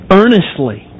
earnestly